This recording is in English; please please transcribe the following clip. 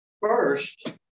First